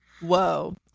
whoa